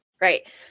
right